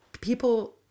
people